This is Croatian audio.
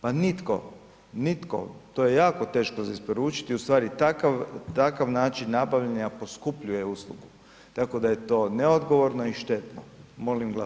Pa nitko, nitko, to je jako teško za isporučiti, ustvari takav način nabavljanja poskupljuje uslugu tako da je to neodgovorno i štetno, molim